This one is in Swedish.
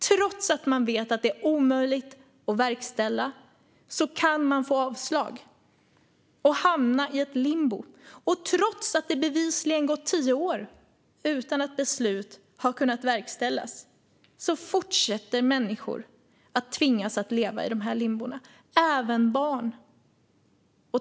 Trots att man vet att det är omöjligt att verkställa kan en person få avslag och hamna i limbo. Trots att det bevisligen har gått tio år utan att ett beslut har kunnat verkställas fortsätter människor att tvingas leva i dessa limbon, även barn.